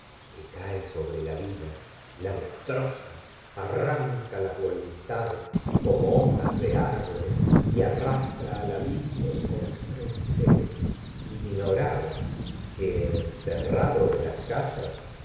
que cae sobre la vida la destroza arranca las voluntades como hojas de árboles y arrastra al abismo el corazón entero ignoraba que en el terrado de las casas